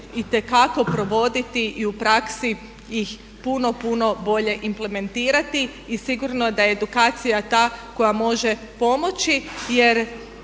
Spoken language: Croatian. itekako provoditi i u praksi ih puno, puno bolje implementirati. I sigurno da je edukacija ta koja može pomoći jer